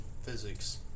physics